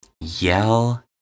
Yell